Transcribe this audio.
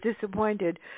disappointed